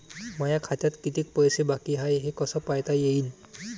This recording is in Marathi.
माया खात्यात कितीक पैसे बाकी हाय हे कस पायता येईन?